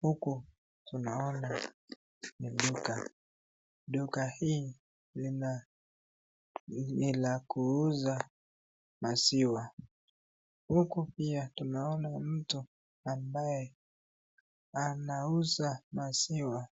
Huku tunaona ni duka, duka hii ni la kuuza maziwa huku pia tunaona mtu ambaye anauza maziwa